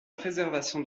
préservation